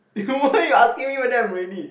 then why you asking me whether I'm ready